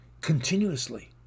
continuously